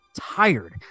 Tired